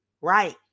right